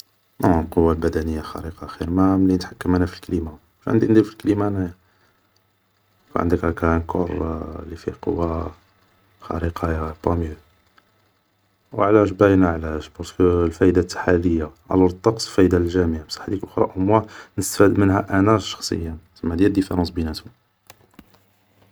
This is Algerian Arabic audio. نو القوة البدنية الخارقة خير ملي نتحكم في الكليمة, شا عندي ندير بالكليمة انايا, عندك هاكا ان كور لي عندك فيه قوة خارقة يا با ميو, و علاش؟ باينا علاش بارسكو الفايدة تاعها ليا, الور الطقس الفايدة للجميع, بصح هديك لخرى اوموان نستفاد منها انا شخصيا, سما هادي هيا الديفيرونس بيناتهم